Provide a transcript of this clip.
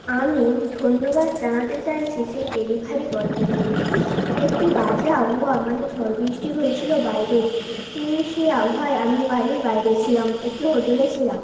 আমি ধন্যবাদ জানাতে চাইছি সেই ডেলিভারি বয়টিকে একটি বাজে আবহাওয়া মানে ঝড় বৃষ্টি হয়েছিল বাইরে সেই আবহাওয়ায় আমি বাড়ির বাইরে ছিলাম একটি হোটেলে ছিলাম